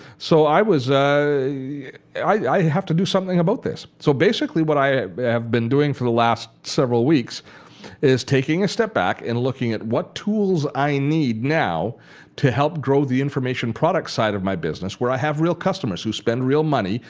so i was i i have to do something about this. so basically what i have been doing for the last several weeks is taking a step back and looking at what tools i need now to help grow the information product side of my business where i have real customers who spend real money,